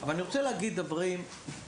אבל אני רוצה להגיד יותר מזה: